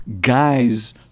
guys